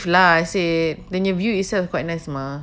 I mean if lah I say and the view itself quite nice mah